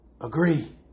agree